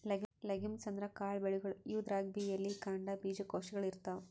legumes ಅಂದ್ರ ಕಾಳ್ ಬೆಳಿಗೊಳ್, ಇವುದ್ರಾಗ್ಬಿ ಎಲಿ, ಕಾಂಡ, ಬೀಜಕೋಶಗೊಳ್ ಇರ್ತವ್